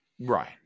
Right